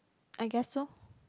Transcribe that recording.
I guess so